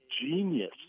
genius